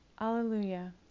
Alleluia